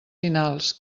finals